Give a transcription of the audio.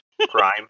Crime